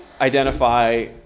identify